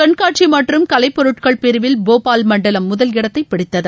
கண்காட்சி மற்றும் கலைப்பொருட்கள் பிரிவில் போபால் மண்டலம் முதல் இடத்தை பிடித்தது